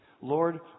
Lord